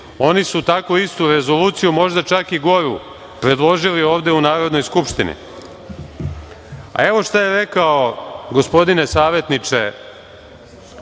oni su takvu istu rezoluciju, možda čak i goru, predložili ovde u Narodnoj skupštini. Evo šta je, gospodine savetniče,